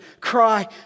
cry